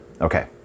Okay